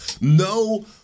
No